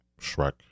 Shrek